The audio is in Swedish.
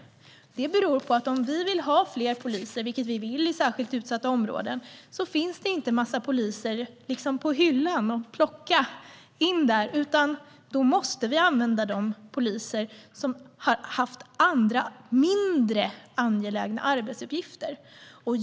Om vi vill ha fler poliser i särskilt utsatta områden, vilket vi vill, finns det inte en massa poliser på hyllan som det bara är att plocka in där, utan då måste vi använda poliser som har haft andra, mindre angelägna arbetsuppgifter.